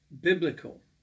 Biblical